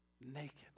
naked